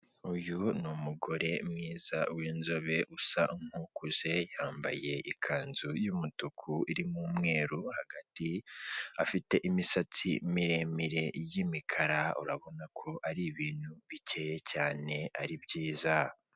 Uyu ni umugore mwiza w'inzobe usa nkukuze, yambaye ikanzu y'umutuku irimo umweru hagati, afite imisatsi miremire y'imikara urabona ko ari ibintu bikeye cyane ari byiza.